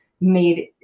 made